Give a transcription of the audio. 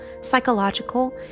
psychological